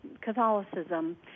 Catholicism